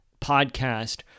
podcast